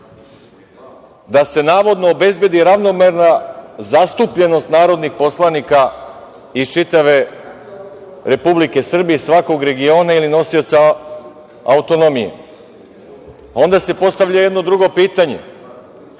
Da se, navodno, obezbedi ravnomerna zastupljenost narodnih poslanika iz čitave Republike Srbije, svakog regiona ili nosioca autonomije. Onda se postavlja jedno drugo pitanje